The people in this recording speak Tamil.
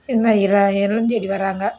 என்ன இரா இல்லம் தேடி வர்றாங்க